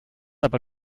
aber